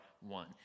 one